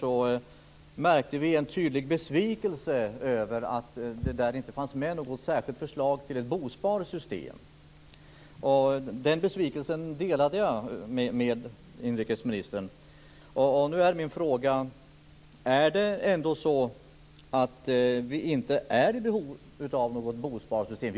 Då märkte vi en tydlig besvikelse över att det där inte fanns med något särskilt förslag till ett bosparsystem. Den besvikelsen delade jag med inrikesministern. Nu är min fråga: Är vi inte i behov av ett bosparsystem?